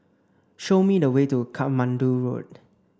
show me the way to Katmandu Road